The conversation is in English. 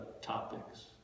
topics